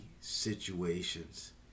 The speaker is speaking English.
situations